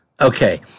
okay